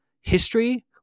history